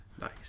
nice